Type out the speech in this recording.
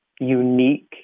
unique